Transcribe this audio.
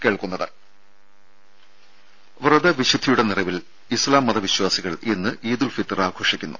രുഭ വ്രത വിശുദ്ധിയുടെ നിറവിൽ ഇസ്ലാംമത വിശ്വാസികൾ ഇന്ന് ഈദുൽ ഫിത്വർ ആഘോഷിക്കുന്നു